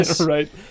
Right